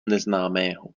neznámého